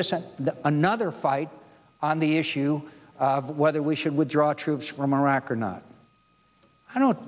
this and another fight on the issue of whether we should withdraw troops from iraq or not i don't